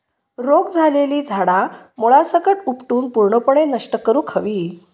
रोग झालेली झाडा मुळासकट उपटून पूर्णपणे नष्ट करुक हवी